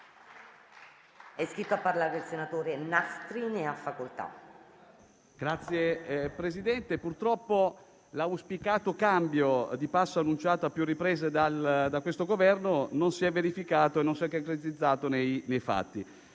È iscritto a parlare il senatore Nastri. Ne ha facoltà.